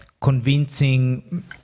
convincing